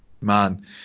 man